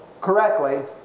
correctly